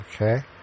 Okay